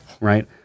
right